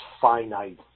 finite